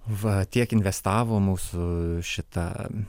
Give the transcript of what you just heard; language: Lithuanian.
va tiek investavo į mūsų šitą